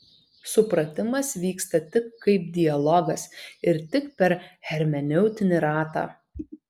supratimas vyksta tik kaip dialogas ir tik per hermeneutinį ratą